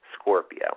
Scorpio